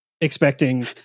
expecting